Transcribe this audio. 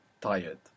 tired